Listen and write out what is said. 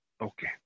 Okay